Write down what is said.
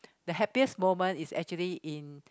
the happiest moment is actually in